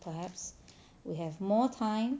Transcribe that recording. perhaps we have more time